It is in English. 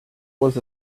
was